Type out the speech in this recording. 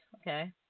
okay